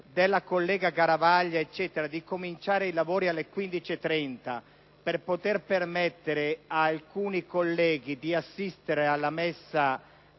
della collega Garavaglia di cominciare i lavori alle ore 15,30 per poter permettere ad alcuni colleghi di assistere alla messa